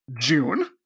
June